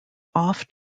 off